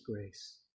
grace